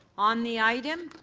on the item